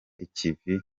ikivi